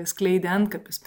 skleidė antkapis